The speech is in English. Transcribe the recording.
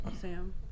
Sam